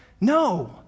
No